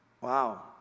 Wow